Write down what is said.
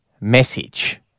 message